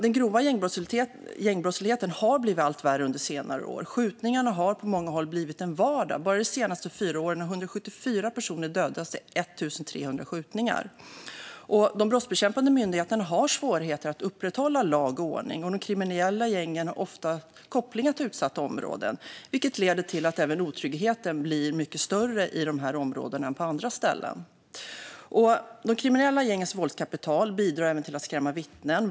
Den grova gängbrottsligheten har blivit allt värre under senare år. Skjutningarna har på många håll blivit en vardag. Bara de senaste fyra åren har 174 personer dödats vid 1 300 skjutningar. De brottsbekämpande myndigheterna har svårigheter att upprätthålla lag och ordning. De kriminella gängen har ofta kopplingar till utsatta områden, vilket leder till att även otryggheten blir mycket större i dessa områden än på andra ställen. De kriminella gängens våldskapital bidrar även till att skrämma vittnen.